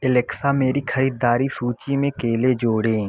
Alexa मेरी खरीददारी सूचि में केले जोड़ें